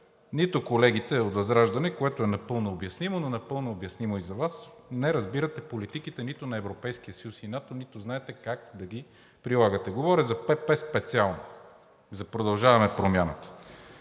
нито колегите от ВЪЗРАЖДАНЕ, което е напълно обяснимо, но напълно обяснимо и за Вас, не разбирате политиките нито на Европейския съюз, нито на НАТО, нито знаете как да ги прилагате. Говоря за ПП специално – за „Продължаваме Промяната“.